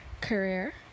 career